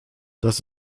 das